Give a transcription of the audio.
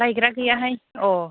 लायग्रा गैयाहाय अह